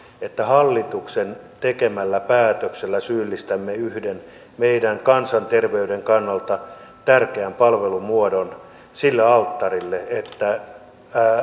että hallituksen tekemällä päätöksellä syyllistämme yhden meidän kansanterveyden kannalta tärkeän palvelumuodon sille alttarille että